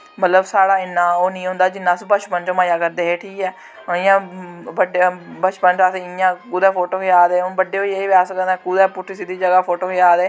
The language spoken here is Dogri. मतलब साढ़ा इन्ना ओह् निं होंदा जिन्ना अस बचपन च मजा करदे हे ठीक ऐ इ'यां बड्डे बचपन च अस कुतै फोटो खचा दे हून बड्डे होइयै बी अस कदें कुतै पुट्ठी सिद्धी जगह् फोटो खचा दे